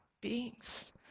beings